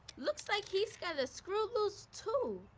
looks like he's got a screw loose, too.